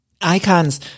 Icon's